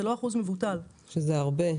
זה לא אחוז מבוטל, זה הרבה.